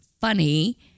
funny